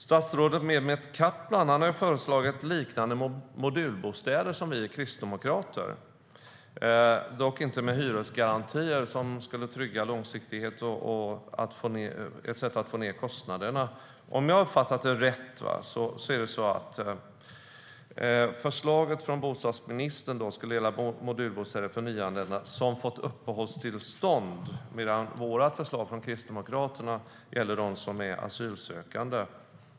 Statsrådet Mehmet Kaplan har föreslagit liknande modulbostäder som vi kristdemokrater har föreslagit, dock inte med hyresgarantier som skulle trygga långsiktighet och vara ett sätt att få ned kostnaderna. Om jag har uppfattat det rätt skulle förslaget från bostadsministern gälla modulbostäder för nyanlända som fått uppehållstillstånd, medan vårt förslag från Kristdemokraterna gäller dem som är asylsökande.